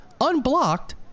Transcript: unblocked